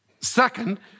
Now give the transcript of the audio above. Second